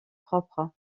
propres